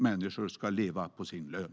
Människor ska leva på sin lön.